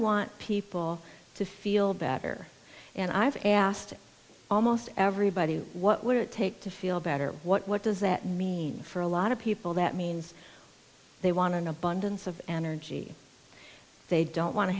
want people to feel better and i have asked almost everybody what would it take to feel better what does that mean for a lot of people that means they want an abundance of energy they don't want to